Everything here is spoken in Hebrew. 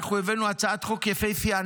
אנחנו הבאנו הצעת חוק יפהפייה,